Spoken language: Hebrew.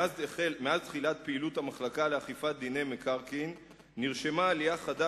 מאז תחילת פעילות המחלקה לאכיפת דיני מקרקעין נרשמה עלייה חדה